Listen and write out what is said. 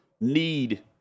need